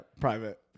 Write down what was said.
private